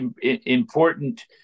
important